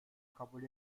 kabul